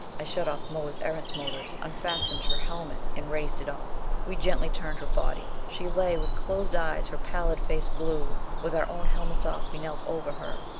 i shut off moa's erentz motors, unfastened her helmet and raised it off. we gently turned her body. she lay with closed eyes, her pallid face blue. with our own helmets off, we knelt over her.